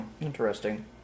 interesting